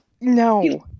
no